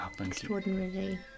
extraordinarily